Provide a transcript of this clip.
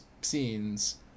Scenes